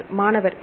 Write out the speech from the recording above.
மாணவர் இல்லை